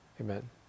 Amen